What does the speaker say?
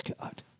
God